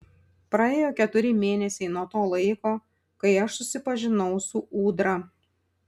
praėjo keturi mėnesiai nuo to laiko kai aš susipažinau su ūdra